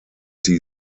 die